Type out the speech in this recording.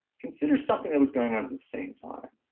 consider something that was going on at the same time.